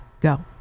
Go